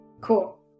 Cool